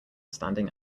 standing